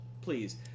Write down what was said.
Please